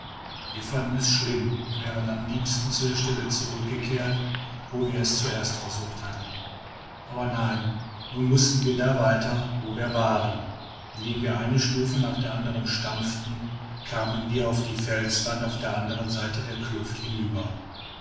wir fanden es schlimm und wären am liebsten zu der stelle zurückgekehrt wo wir es zuerst versucht hatten aber nein nun mußten wir da weiter wo wir waren indem wir eine stufe nach der andern stampften kamen wir auf die felswand auf der andern seite der kluft hinüber